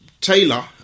Taylor